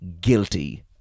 Guilty